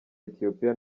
ethiopiya